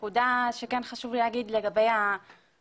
נקודה שכן חשוב לי להגיד לגבי הנוהל,